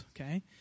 Okay